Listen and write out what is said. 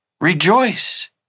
Rejoice